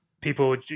people